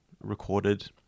recorded